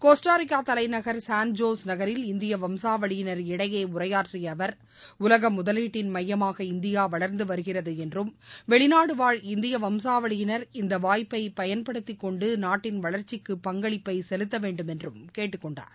Costa Rica தலைநகர் San Jose நகரில் India வம்சாவளியினர் இடையே உரையாற்றிய அவர் உலக முதலீட்டின் மையமாக இந்தியா வளா்ந்து வருகிறது என்றும் வெளிநாடு வாழ் இந்திய வம்சாவளியினா் இந்த வாய்ப்பை பயன்படுத்தி கொண்டு நாட்டின் வளர்ச்சிக்கை பங்களிப்பை செலுத்தவேண்டும் என்றும் கேட்டுக்கொண்டார்